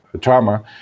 trauma